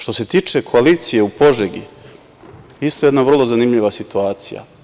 Što se tiče koalicije u Požegi, isto jedna vrlo zanimljiva situacija.